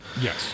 yes